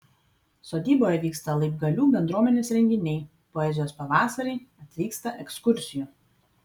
sodyboje vyksta laibgalių bendruomenės renginiai poezijos pavasariai atvyksta ekskursijų